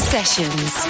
Sessions